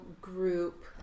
group